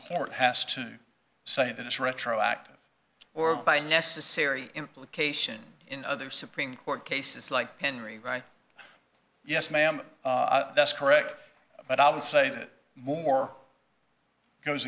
court has to say that it's retroactive or by necessary implication in other supreme court cases like henry right yes ma'am that's correct but i would say that more goes